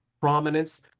prominence